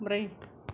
ब्रै